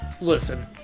listen